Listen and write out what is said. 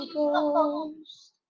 Ghost